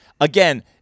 again